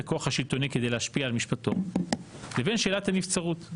הכוח השלטוני כדי להשפיע על משפטו לבין שאלת הנבצרות.